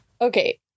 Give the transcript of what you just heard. Okay